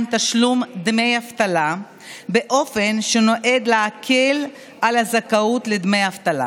תשלום דמי אבטלה באופן שנועד להקל על הזכאות לדמי אבטלה.